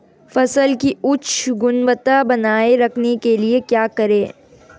फसल की उच्च गुणवत्ता बनाए रखने के लिए क्या करें?